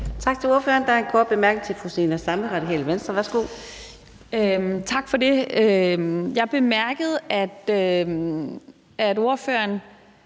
Tak for det. Jeg bemærkede, at ordføreren